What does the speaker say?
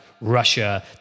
Russia